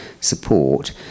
support